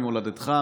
ממולדתך,